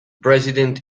president